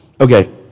Okay